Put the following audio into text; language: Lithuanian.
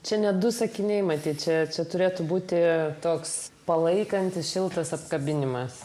čia net du sakiniai matyt čia turėtų būti toks palaikantis šiltas apkabinimas